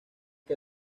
que